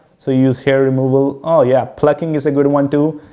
so use hair removal. oh, yeah, plucking is a good one too,